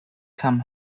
come